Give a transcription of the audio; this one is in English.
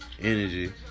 Energy